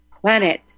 planet